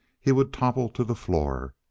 he would topple to the floor.